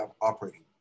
operating